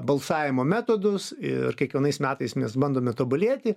balsavimo metodus ir kiekvienais metais mes bandome tobulėti